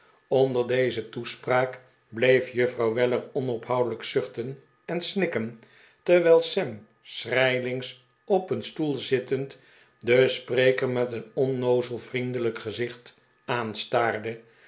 onder deze toespraak bleef juffrouw weller onophoudelijk zuchten en snikken terwijl sam schrijlings op een stoel zittend den spreker met een onnoozel vriendelijk gezicht aanstaarde